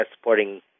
Supporting